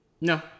No